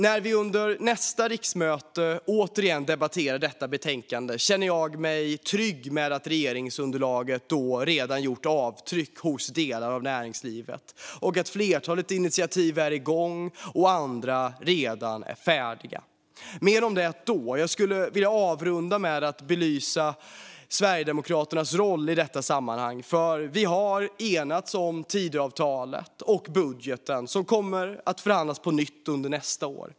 När vi under nästa riksmöte återigen debatterar detta betänkande känner jag mig trygg med att regeringsunderlaget redan gjort avtryck hos delar av näringslivet och att ett flertal initiativ är i gång och andra redan är färdiga. Mer om det då. Jag skulle vilja avrunda med att belysa Sverigedemokraternas roll i detta sammanhang. Vi har enats om Tidöavtalet och budgeten som kommer att förhandlas på nytt nästa år.